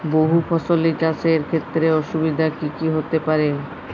বহু ফসলী চাষ এর ক্ষেত্রে অসুবিধে কী কী হতে পারে?